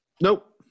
Nope